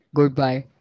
Goodbye